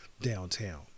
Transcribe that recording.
downtown